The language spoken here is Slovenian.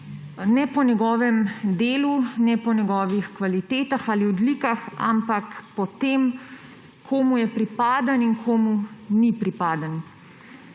ne po njegovem delu, ne po njegovih kvalitetah ali odlikah, ampak po tem, komu je pripaden in komu ni pripaden.